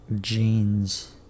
jeans